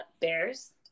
bears